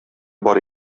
бар